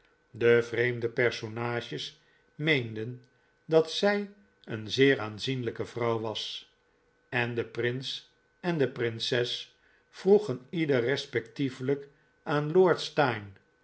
de vreemde personages meenden dat zij een zeer aanzienlijke vrouw was en de prins en de prinses vroegen ieder respectievelijk aan